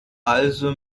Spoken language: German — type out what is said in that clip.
also